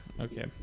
okay